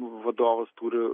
vadovas turi